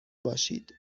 باشید